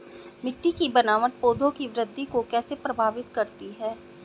मिट्टी की बनावट पौधों की वृद्धि को कैसे प्रभावित करती है?